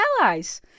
Allies